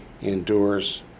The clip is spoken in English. endures